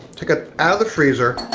took it out of the freezer,